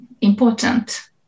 important